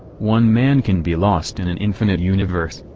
one man can be lost in an infinite universe.